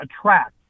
attract